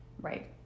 Right